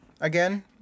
again